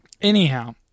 Anyhow